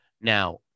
Now